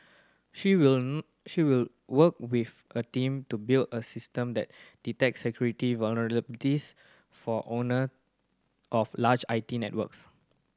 she will she will work with a team to build a system that detects security vulnerabilities for owner of large I T networks